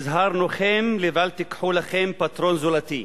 והזהרנוכם לבל תיקחו לכם פטרון זולתי,